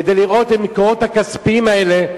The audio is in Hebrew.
כדי לראות את המקורות הכספיים האלה,